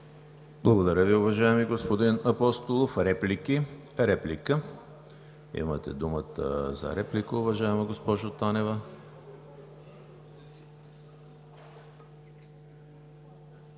Благодаря Ви, уважаеми господин Апостолов. Реплики? Имате думата за реплика, уважаема госпожо Танева.